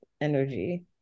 energy